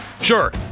Sure